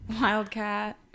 Wildcat